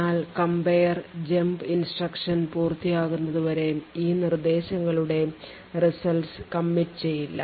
എന്നാൽ compare jump instruction പൂർത്തിയാകുന്നതുവരെ ഈ നിർദ്ദേശങ്ങളുടെ results commit ചെയ്യില്ല